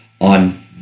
on